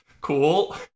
cool